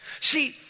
see